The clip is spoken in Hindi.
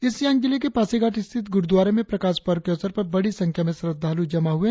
ईस्ट सियांग जिले के पासीघाट स्थित गुरुद्वारे में प्रकाश पर्व के अवसर बड़ी संख्या में श्रद्वालुं जमा हुए